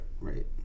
right